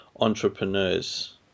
entrepreneurs